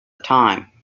time